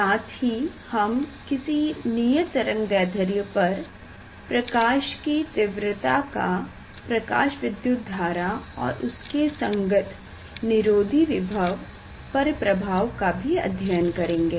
साथ ही हम किसी नियत तरंगदैध्र्य पर प्रकाश की तीव्रता का प्रकाश विद्युत धारा और उसके संगत निरोधी विभव पर प्रभाव का भी अध्ययन करेंगे